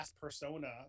persona